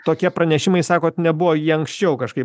tokie pranešimai sakot nebuvo jie anksčiau kažkaip